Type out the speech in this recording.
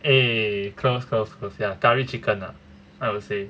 eh close close close ya curry chicken lah I would say